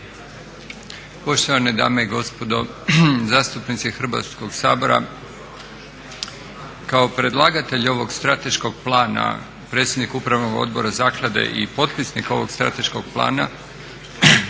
Poštovane dame i gospodo, zastupnice Hrvatskog sabora. Kao predlagatelj ovog strateškog plana predsjednik Upravnog odbora zaklade i potpisnik ovog strateškog plana,